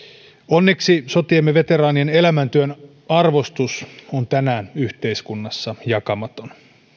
onneksi sotiemme veteraanien elämäntyön arvostus on tänään yhteiskunnassa jakamaton